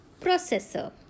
processor